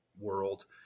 world